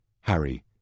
Harry